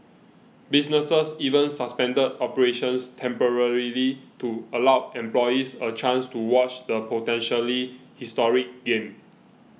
businesses even suspended operations temporarily to allow employees a chance to watch the potentially historic game